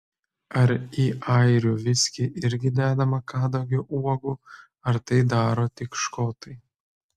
ar į airių viskį irgi dedama kadagio uogų ar tai daro tik škotai